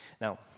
Now